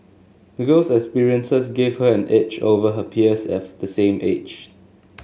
the girl's experiences gave her an edge over her peers of the same age